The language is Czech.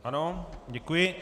Ano, děkuji.